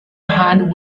hand